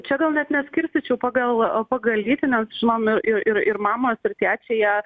čia gal net neskirstyčiau pagal pagal lytį nes žinomi ir ir ir mamos ir tėčiai jie